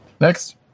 Next